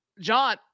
John